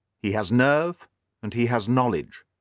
he has nerve and he has knowledge.